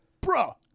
bro